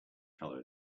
color